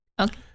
Okay